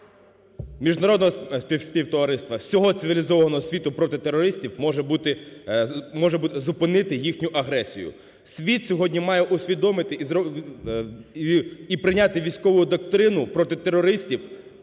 міжнародного співтовариства, всього цивілізованого світу проти терористі може бути, може зупинити їхню агресію. Світ сьогодні має усвідомити і прийняти військову доктрину проти терористів